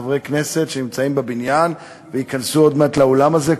חברי הכנסת שנמצאים בבניין וייכנסו עוד מעט לאולם הזה,